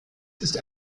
ist